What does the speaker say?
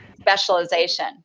specialization